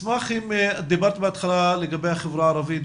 דיברת בהתחלה לגבי החברה הערבית.